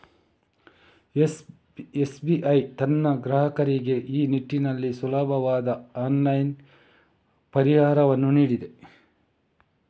SBI ತನ್ನ ಗ್ರಾಹಕರಿಗೆ ಈ ನಿಟ್ಟಿನಲ್ಲಿ ಸುಲಭವಾದ ಆನ್ಲೈನ್ ಪರಿಹಾರವನ್ನು ನೀಡಿದೆ